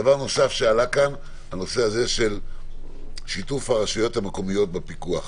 דבר נוסף שעלה כאן הוא הנושא של שיתוף הרשויות המקומיות בפיקוח.